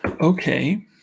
Okay